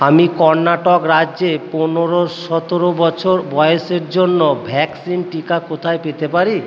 আমি কর্ণাটক রাজ্যে পনেরো সতেরো বছর বয়েসের জন্য ভ্যাক্সিন টিকা কোথায় পেতে পারি